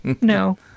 No